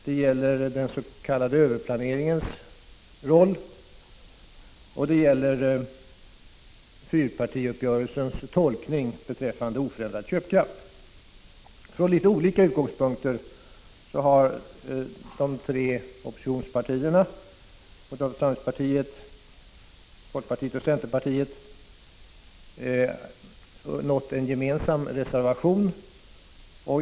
Det gäller vidare den s.k. överplaneringens roll och fyrpartiuppgörelsens tolkning beträffande oförändrad köpkraft. Från litet olika utgångspunkter har de tre oppositionspartierna, moderata samlingspartiet, folkpartiet och centerpartiet, kommit fram till en gemensam reservation.